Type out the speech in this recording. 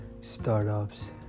startups